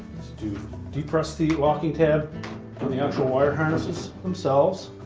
to depress the locking tab from the actual wire harnesses themselves.